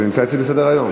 זה נמצא אצלי בסדר-היום.